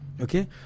Okay